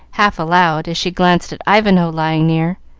half aloud, as she glanced at ivanhoe lying near